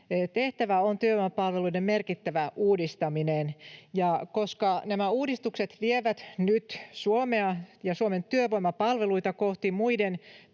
tehtävä on työvoimapalveluiden merkittävä uudistaminen, ja koska nämä uudistukset vievät nyt Suomea ja Suomen työvoimapalveluita kohti muiden